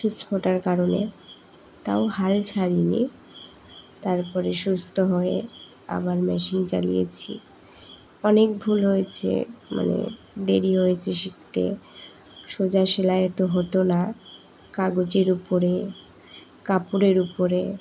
সুচ ফোটার কারণে তাও হাল ছাড়ি নি তারপরে সুস্থ হয়ে আবার মেশিন চালিয়েছি অনেক ভুল হয়েছে মানে দেরি হয়েছে শিখতে সোজা সেলাই তো হতো না কাগজের উপরে কাপড়ের উপরে